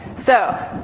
so,